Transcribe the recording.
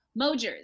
Mojers